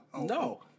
No